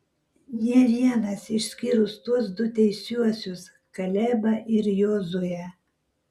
nė vienas išskyrus tuos du teisiuosius kalebą ir jozuę